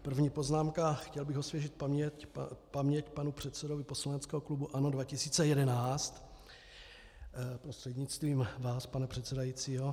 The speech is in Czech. První poznámka, chtěl bych osvěžit paměť panu předsedovi poslaneckého klubu ANO 2011 prostřednictvím vás, pane předsedající.